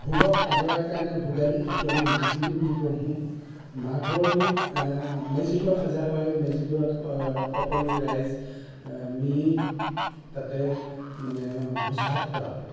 ভোগক আদৰাৰ কাৰণে ভোগালী যিটো আমি মাঘ বিহু বুলি কওঁ মাঘৰ বিহুত মেজিঘৰ সজা হয় মেজিঘৰত সকলো ৰাইজ মিলি তাতে মানে ভোজ ভাত খোৱা হয়